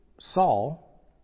Saul